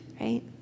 Right